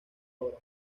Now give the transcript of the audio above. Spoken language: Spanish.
ahora